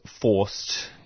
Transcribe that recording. forced